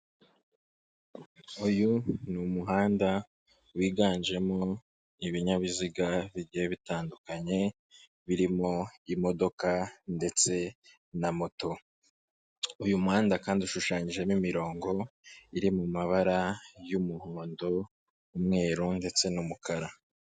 Uyu ni umuhanda wiganjemo ibinyabiziga bigiye bitandukanye birimo, imodoka ndetse na moto, uyu muhanda kandi ushushanyijemo imirongo iri mu mabara y'umuhondo, umweru ndetse n'umukara.